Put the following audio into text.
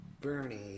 Bernie